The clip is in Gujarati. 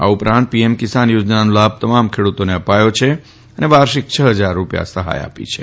આ ઉપરાંત પીએમ કિસાન થો નાનો લાભ તમામ ખેડૂતોને આપવામાં આવ્યો છે અને વાર્ષિક છ હજાર રૂપિયા સહાય આપી છે